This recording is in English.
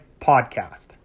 podcast